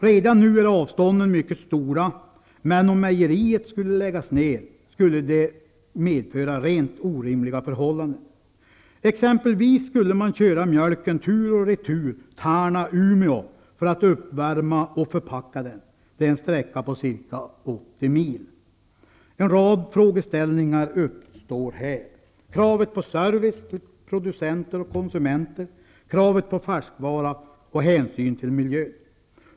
Redan nu är avstånden mycket stora, men om mejeriet skulle läggas ned, skulle det medföra rent orimliga förhållanden. Tärna--Umeå för att uppvärma och förpacka den. Det är en sträcka på ca 80 mil. En rad frågeställningar uppstår här. Kravet på service till producenter och konsumenter, kravet på färskvara och hänsyn till miljön.